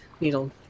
needle